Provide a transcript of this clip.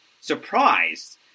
surprised